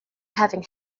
having